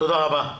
תודה רבה.